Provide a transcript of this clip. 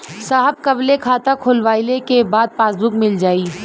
साहब कब ले खाता खोलवाइले के बाद पासबुक मिल जाई?